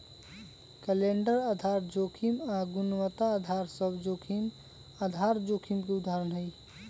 calendar आधार जोखिम आऽ गुणवत्ता अधार सभ जोखिम आधार जोखिम के उदाहरण हइ